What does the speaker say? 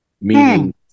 meaning